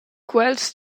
quels